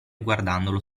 guardandolo